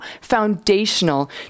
foundational